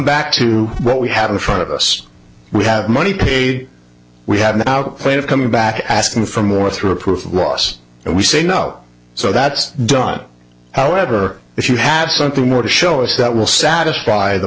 back to what we have in front of us we have money paid we had an outlay of coming back asking for more through a proof of loss and we say no so that's done however if you have something more to show us that will satisfy the